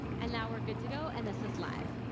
and now we're good to go and this is live.